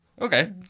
Okay